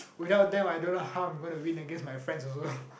without them I don't know how I'm going to win against my friends also